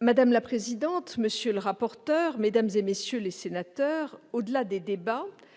Madame la présidente, monsieur le rapporteur, mesdames, messieurs les sénateurs, au-delà des débats,